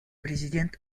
президент